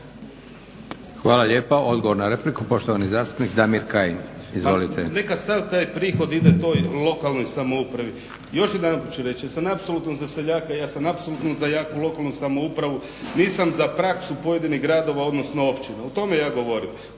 Hvala lijepo. Odgovor na repliku poštovani zastupnik Damir Kajin. Izvolite. **Kajin, Damir (Nezavisni)** …/Govornik se ne razumije./… prihod ide toj lokalnoj samoupravi. Još jedanput ću reći, ja sam apsolutno za seljaka, ja sam apsolutno za jaku lokalnu samoupravu, nisam za praksu pojedinih gradova odnosno općina, o tome ja govorim.